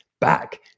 back